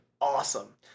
awesome